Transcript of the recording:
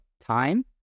time